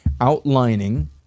outlining